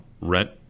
Rent